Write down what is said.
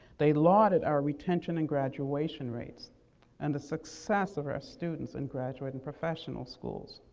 they lauded our retention and graduation rates and the success of our students in graduate and professional schools.